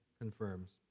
confirms